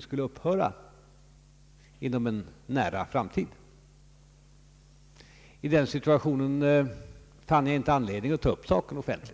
skulle upphöra inom en nära framtid. I den situationen fann jag inte anledning att offentligt ta upp saken.